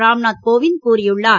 ராம்நாத் கோவிந்த் கூறியுள்ளார்